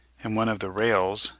in one of the rails,